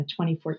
2014